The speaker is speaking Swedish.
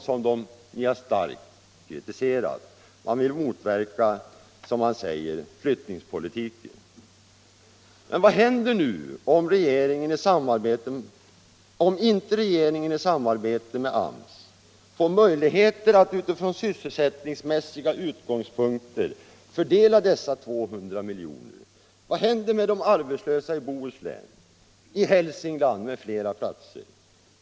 Centern har starkt kritiserat dessa, eftersom man, som man säger, vill motverka flyttningspolitiken. Men vad händer nu med de arbetslösa i t.ex. Bohuslän och Hälsingland, om regeringen inte får möjlighet att i samarbete med arbetsmarknadsstyrelsen från sysselsättningsmässiga utgångspunkter fördela dessa 200 milj.kr.?